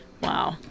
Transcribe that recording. Wow